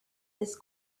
this